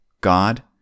God